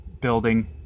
building